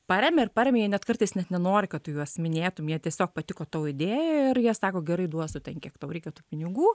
paremia ir paremia jie net kartais net nenori kad tu juos minėtum jie tiesiog patiko tavo idėja ir jie sako gerai duosiu ten kiek tau reikia tų pinigų